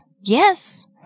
Yes